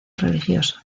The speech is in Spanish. religioso